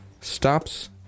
stops